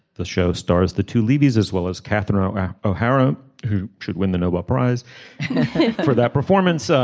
the show stars the two libby's as well as catherine o'hara who should win the nobel prize for that performance. so